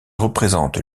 représente